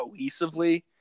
cohesively